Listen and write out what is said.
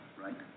right